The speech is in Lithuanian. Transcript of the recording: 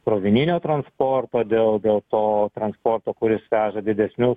krovininio transporto dėl dėl to transporto kuris veža didesnius